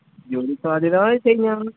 ജോലി സാധ്യത ശരിയാണ്